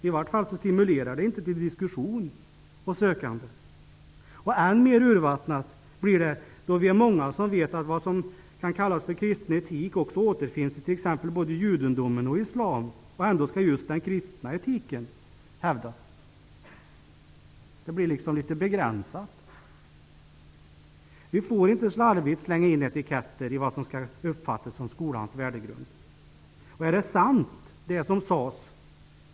I varje fall stimulerar det inte till diskussion och sökande. Än mer urvattnat blir det då vi är många som vet att vad som kan kallas kristen etik också återfinns exempelvis i både judendomen och islam. Men ändå skall alltså just den kristna etiken hävdas. Det blir på det sättet liksom litet begränsat. Vi får inte slarvigt slänga in etiketter på det som skall uppfattas som skolans värdegrund.